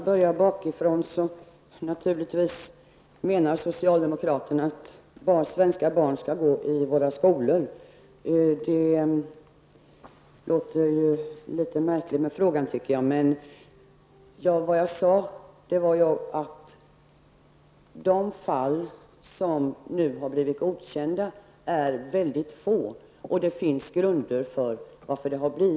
Herr talman! Naturligtvis menar socialdemokraterna att svenska barn skall gå i våra skolor. Jag tycker att frågan var litet märklig. Det jag sade var att de fall som nu blivit godkända är mycket få, och det finns grunder för detta.